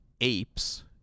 apes